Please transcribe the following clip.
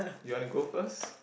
do you wanna go first